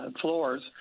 floors